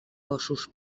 óssos